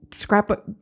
scrapbook